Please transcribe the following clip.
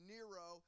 Nero